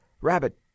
rabbit